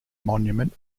monument